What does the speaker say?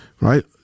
right